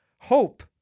Hope